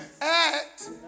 Act